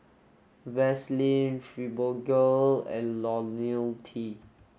Vaselin Fibogel and Ionil T